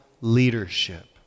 leadership